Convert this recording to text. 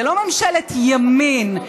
זו לא ממשלת ימין,